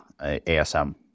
ASM